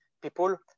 people